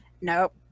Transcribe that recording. Nope